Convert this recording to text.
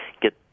get